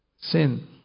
sin